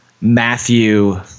Matthew